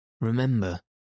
remember